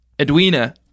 Edwina